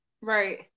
right